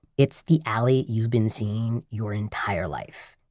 it's the alley you've been seeing your entire life.